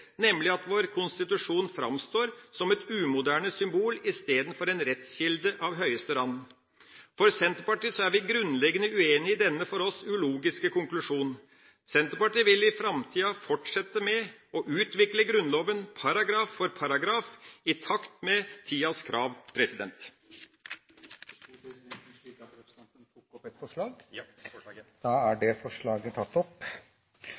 at vår konstitusjon framstår som et umoderne symbol istedenfor en rettskilde av høyeste rang. Vi i Senterpartiet er grunnleggende uenig i denne, for oss, ulogiske konklusjonen. Senterpartiet vil i framtida fortsette med å utvikle Grunnloven paragraf for paragraf, i takt med tidas krav. Representanten Per Olaf Lundteigen tok opp det forslaget han refererte til. La meg først vise til saksordførerens utmerkede innlegg, og slutte meg til det